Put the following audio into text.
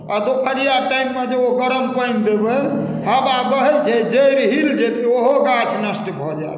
आ दुपहरिया टाइममे जे ओ गरम पानि देबै हवा बहैत छै जड़ि हिल गेल ओहो गाछ नष्ट भऽ जायत